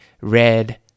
red